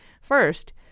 First